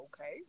okay